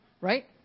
right